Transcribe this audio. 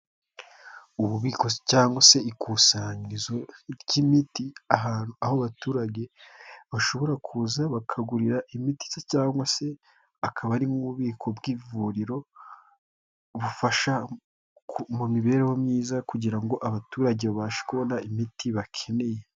Ububiko cyangwa se ikusanrizo ry'imiti, aho abaturage bashobora kuza bakagurira imiti cyangwa se akaba ari mu bubiko bw'ivuriro, bufasha mu mibereho myiza kugira ngo abaturage babashe kubona imiti bakeneye.